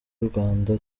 rwanda